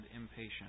impatient